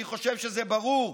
אני חושב שזה ברור,